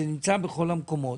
זה נמצא בכל המקומות.